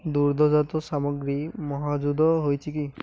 ଦୁଗ୍ଧଜାତ ସାମଗ୍ରୀ ମହଜୁଦ ଅଛି କି